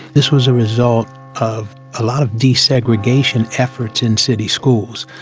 this was a result of a lot of desegregation efforts in city schools.